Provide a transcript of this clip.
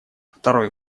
второй